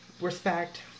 respect